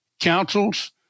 councils